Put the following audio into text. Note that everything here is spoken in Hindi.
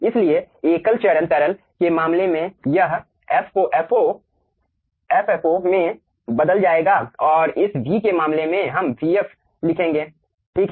इसलिए एकल चरण तरल के मामले में यह f को fo ffo में बदल जाएगा और इस v के मामले में हम vf लिखेंगे ठीक है